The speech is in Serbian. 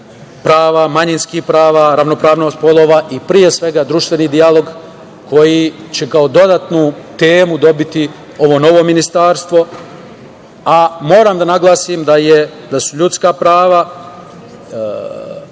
prava, manjinskih prava, ravnopravnost polova i pre svega društveni dijalog koji će kao dodatnu temu dobiti ovo novo ministarstvo. Moram da naglasim da su ljudska prava